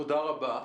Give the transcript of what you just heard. תודה רבה.